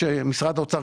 משרד האוצר,